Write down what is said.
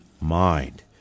mind